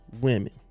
women